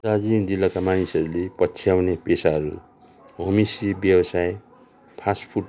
दार्जिलिङ जिल्लाका मानिसहरूले पछ्याउने पेसाहरू होमस्टे व्यवसाय फास्ट फुड